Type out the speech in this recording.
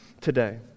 today